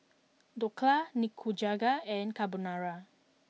Dhokla Nikujaga and Carbonara